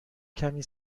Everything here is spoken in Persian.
کمی